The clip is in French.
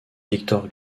victor